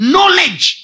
Knowledge